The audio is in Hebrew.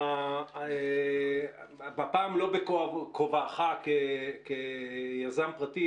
הפעם לא בכובעך כיזם פרטי,